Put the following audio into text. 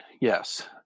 yes